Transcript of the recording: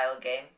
game